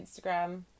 Instagram